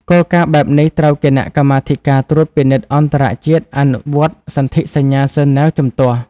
គោលការណ៍បែបនេះត្រូវគណៈកម្មាធិការត្រួតពិនិត្យអន្តរជាតិអនុវត្តសន្ធិសញ្ញាហ្សឺណែវជំទាស់។